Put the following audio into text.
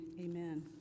Amen